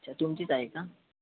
अच्छा तुमचीच आहे का